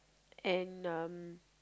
and um